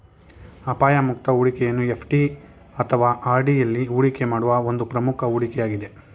ಅಪಾಯ ಮುಕ್ತ ಹೂಡಿಕೆಯನ್ನು ಎಫ್.ಡಿ ಅಥವಾ ಆರ್.ಡಿ ಎಲ್ಲಿ ಹೂಡಿಕೆ ಮಾಡುವ ಒಂದು ಪ್ರಮುಖ ಹೂಡಿಕೆ ಯಾಗಿದೆ